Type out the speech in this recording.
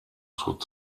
zur